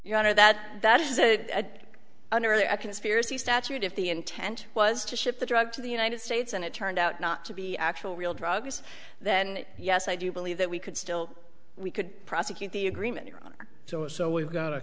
you know that that is a under a conspiracy statute if the intent was to ship the drug to the united states and it turned out not to be actual real drugs then yes i do believe that we could still we could prosecute the agreement so so we've got a